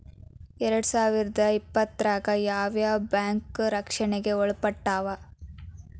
ಎರ್ಡ್ಸಾವಿರ್ದಾ ಇಪ್ಪತ್ತ್ರಾಗ್ ಯಾವ್ ಯಾವ್ ಬ್ಯಾಂಕ್ ರಕ್ಷ್ಣೆಗ್ ಒಳ್ಪಟ್ಟಾವ?